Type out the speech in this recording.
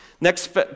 Next